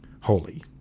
holy